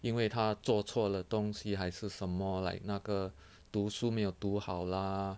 因为他做错了东西还是什么 like 那个读书没有读好 lah